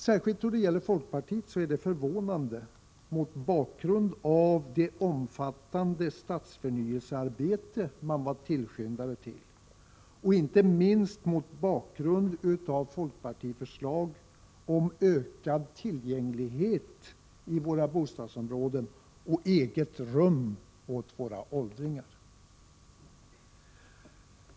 Särskilt då det gäller folkpartiet är detta förvånande — mot bakgrund av det omfattande stadsförnyelsearbete som partiet var tillskyndare till och inte minst mot bakgrund av folkpartiförslag om ökad tillgänglighet i våra bostadsområden och om eget rum åt våra åldringar.